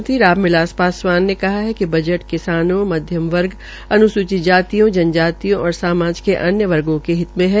मंत्री राम बिलास पासवास ने कहा कि बजट किसानों मध्यवर्ग अनुसूचित जातियों जन जातियों और समाज के अन्य वर्गो के हित में है